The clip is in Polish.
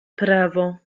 prawo